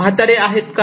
म्हातारे आहेत का